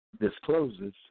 discloses